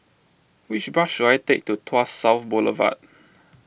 which bus should I take to Tuas South Boulevard